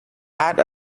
add